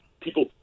people